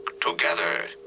together